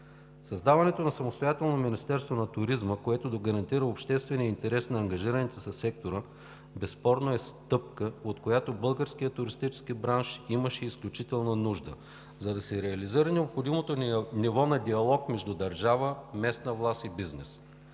Създаването на самостоятелно Министерство на туризма, което да гарантира обществения интерес на ангажираните със сектора, безспорно е стъпка, от която българският туристически бранш имаше изключителна нужда, за да се реализира необходимото ниво на диалог между държава, местна власт и бизнес.